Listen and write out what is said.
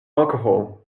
alcohol